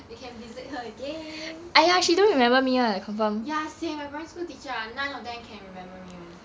you can visit her again ya same my primary school teacher ah none of them can remember me [one]